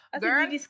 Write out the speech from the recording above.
girl